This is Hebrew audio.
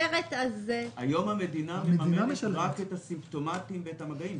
היום המדינה מממנת רק את הסימפטומטיים ואת המגעים.